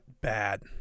bad